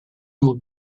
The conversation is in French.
hauts